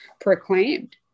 proclaimed